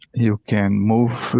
you can move.